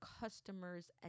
customers